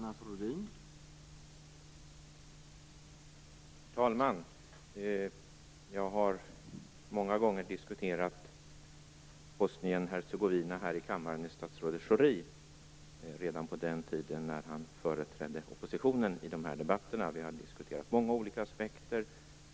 Herr talman! Jag har många gånger diskuterat Schori. Det gjorde jag redan på den tiden när han företrädde oppositionen i de här debatterna. Vi har diskuterat många olika aspekter.